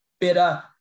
better